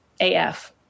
AF